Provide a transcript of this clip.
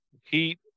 heat